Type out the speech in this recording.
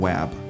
Web